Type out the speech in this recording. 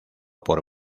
por